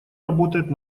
работает